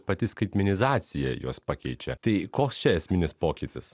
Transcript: pati skaitmenizacija juos pakeičia tai koks čia esminis pokytis